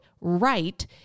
right